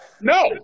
No